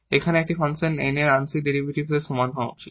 এখানে এই function N এর আংশিক ডেরিভেটিভের সমান হওয়া উচিত